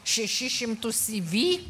šešis šimtus ci vi